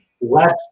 less